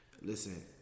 Listen